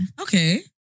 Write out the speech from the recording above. Okay